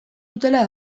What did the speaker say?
dutela